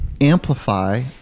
amplify